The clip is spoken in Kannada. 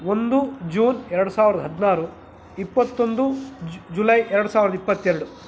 ಒಂದು ಜೂನ್ ಎರ್ಡು ಸಾವ್ರ್ದ ಹದಿನಾರು ಇಪ್ಪತ್ತೊಂದು ಜುಲೈ ಎರ್ಡು ಸಾವ್ರ್ದ ಇಪ್ಪತ್ತೆರಡು